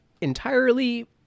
entirely